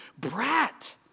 brat